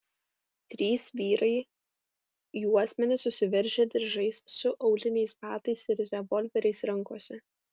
trys vyrai juosmenis susiveržę diržais su auliniais batais ir revolveriais rankose